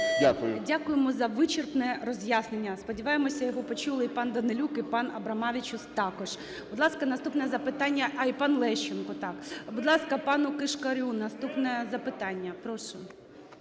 Дякуємо за вичерпне роз'яснення. Сподіваємося, його почули і пан Данилюк, і пан Абромавичус також. Будь ласка, наступне запитання… А, і пан Лещенко, так. Будь ласка, пану Кишкарю, наступне запитання. Прошу.